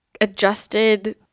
adjusted